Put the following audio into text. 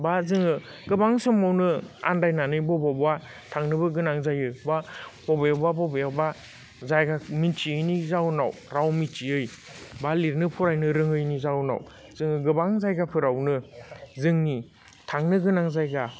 बा जोङो गोबां समावनो आन्दायनानै बबावबा थांनोबो गोनां जायो बा अबेयावबो बबेयावबा जायगा मिथियैनि जाउनाव राव मिथियै बा लिरनो फरायनो रोङैनि जाउनाव जोङो गोबां जायगाफोरावनो जोंनि थांनो गोनां जायगा